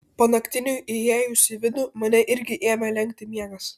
panaktiniui įėjus į vidų mane irgi ėmė lenkti miegas